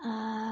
ᱟᱨ